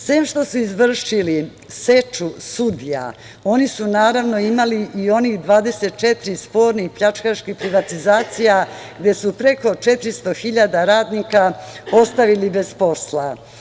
Sem što su izvršili seču sudija, oni su imali i 24 spornih pljačkaških privatizacija gde su preko 400 radnika ostavili bez posla.